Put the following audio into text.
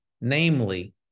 namely